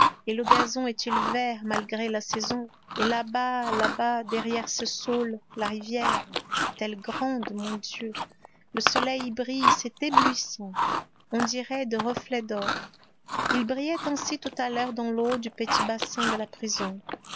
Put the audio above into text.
et le gazon est-il vert malgré la saison et là-bas là-bas derrière ces saules la rivière est-elle grande mon dieu le soleil y brille c'est éblouissant on dirait des reflets d'or il brillait ainsi tout à l'heure dans l'eau du petit bassin de la prison